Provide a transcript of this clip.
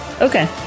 okay